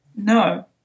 no